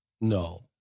No